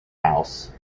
house